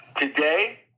Today